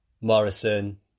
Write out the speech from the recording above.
Morrison